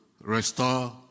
restore